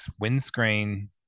windscreen